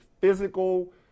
physical